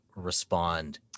respond